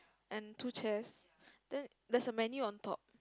and two chairs then there's a menu on top